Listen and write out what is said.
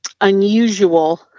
unusual